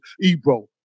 Ebro